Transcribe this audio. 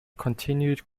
continued